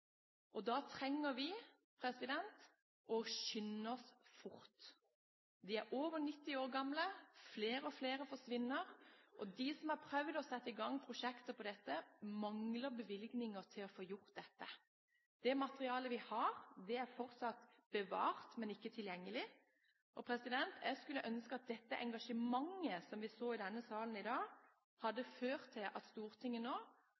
Da trenger vi å skynde oss fort. De er over 90 år gamle. Flere og flere forsvinner, og de som har prøvd å sette i gang prosjekter på dette, mangler bevilgninger til å få gjort det. Det materialet vi har, er fortsatt bevart, men ikke tilgjengelig. Jeg skulle ønske at dette engasjementet som vi så i denne salen i dag, hadde ført til at Stortinget nå